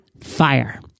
FIRE